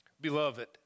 Beloved